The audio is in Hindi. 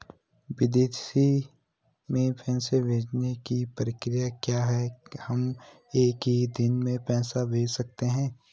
विदेशों में पैसे भेजने की प्रक्रिया क्या है हम एक ही दिन में पैसे भेज सकते हैं?